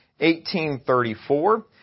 1834